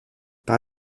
par